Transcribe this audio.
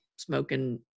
smoking